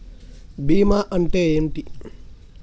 బీమా అంటే ఏమిటి?